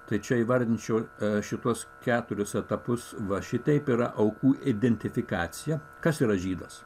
tai čia įvardinčiau šituos keturis etapus va šitaip yra aukų identifikacija kas yra žydas